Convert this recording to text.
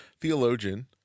theologian